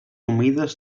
humides